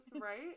right